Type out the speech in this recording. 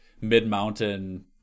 mid-mountain